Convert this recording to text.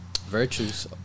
virtues